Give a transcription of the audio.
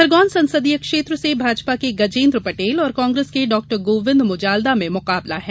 खरगोन संसदीय क्षेत्र से भाजपा के गजेंद्र पटेल और कांग्रेस के डॉ गोविंद मुजाल्दा में मुकाबला है